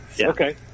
Okay